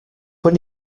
when